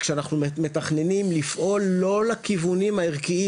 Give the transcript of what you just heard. שאנחנו מתכננים לפעול לא לכיוונים הערכיים,